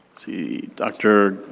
see, dr.